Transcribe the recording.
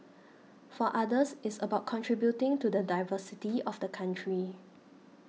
for others it's about contributing to the diversity of the country